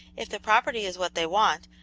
if the property is what they want,